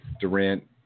Durant